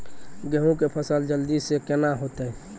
गेहूँ के फसल जल्दी से के ना होते?